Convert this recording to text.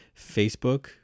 Facebook